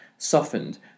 Softened